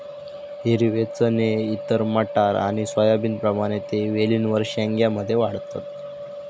हिरवे चणे इतर मटार आणि सोयाबीनप्रमाणे ते वेलींवर शेंग्या मध्ये वाढतत